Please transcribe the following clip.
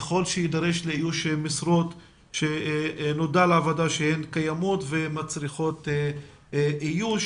ככל שיידרש לאיוש משרות שנודע לוועדה שהן קיימות ומצריכות איוש.